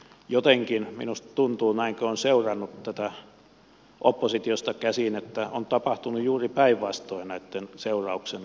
jotenkin minusta tuntuu näin kun on seurannut tätä oppositiosta käsin että on tapahtunut juuri päinvastoin näitten seurauksena